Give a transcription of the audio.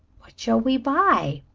what shall we buy?